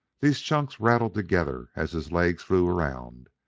these chunks rattled together as his legs flew around,